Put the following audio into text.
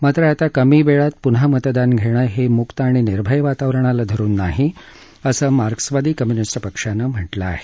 मात्र आता कमी वेळात पुन्हा मतदान घेणं हे मुक्त आणि निर्भय वातावरणाला धरुन नाही असं मार्क्सवादी कम्युनीस्ट पक्षानं म्हटलं आहे